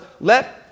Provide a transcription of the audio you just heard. let